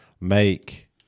make